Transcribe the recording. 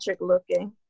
looking